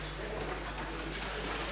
Hvala i vama